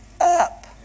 up